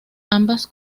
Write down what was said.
ambas